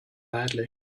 badly